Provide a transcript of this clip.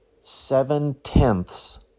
seven-tenths